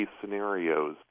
scenarios